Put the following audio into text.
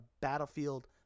Battlefield